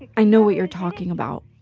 i know what you're talking about.